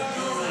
יסמין, מזל טוב.